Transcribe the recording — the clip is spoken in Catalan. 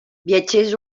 viatgers